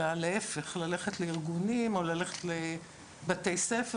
אלא להיפך ללכת לארגונים או ללכת לבתי ספר